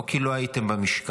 לא כי לא הייתם במשכן,